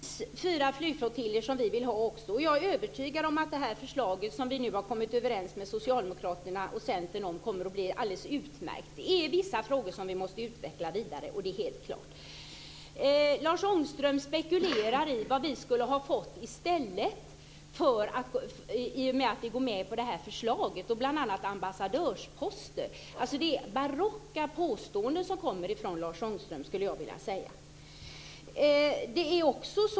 Fru talman! Det är precis fyra flygflottiljer som vi också vill ha. Jag är övertygad om att det förslag som vi nu har kommit överens med Socialdemokraterna och Centern om kommer att bli alldeles utmärkt. Det är vissa frågor som vi måste utveckla vidare, det är helt klart. Lars Ångström spekulerar i vad vi skulle ha fått i stället i och med att vi går med på det här förslaget, bl.a. ambassadörsposter. Det är barocka påståenden som kommer från Lars Ångström, skulle jag vilja säga.